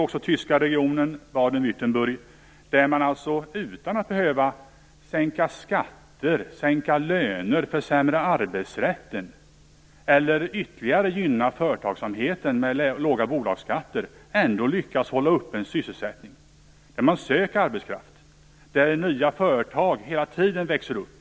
Den tyska regionen Baden-Württemberg är ett annat exempel, där man utan att behöva sänka skatter och löner, försämra arbetsrätten eller ytterligare gynna företagsamheten med låga bolagsskatter lyckas hålla uppe en sysselsättning. Man söker arbetskraft, och nya företag växer hela tiden upp.